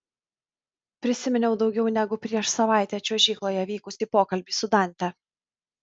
prisiminiau daugiau negu prieš savaitę čiuožykloje vykusį pokalbį su dante